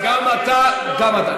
גם אתה, גם אתה.